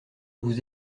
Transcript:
vous